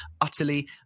utterly